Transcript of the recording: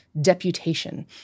deputation